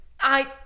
I-